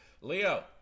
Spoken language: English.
Leo